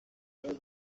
isi